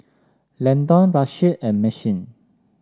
Landon Rasheed and Maxine